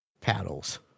paddles